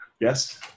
yes